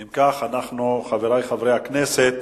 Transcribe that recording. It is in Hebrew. אם כך, חברי חברי הכנסת,